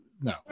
No